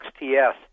XTS